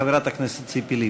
חברת הכנסת ציפי לבני.